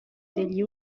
degli